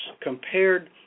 compared